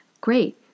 great